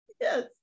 Yes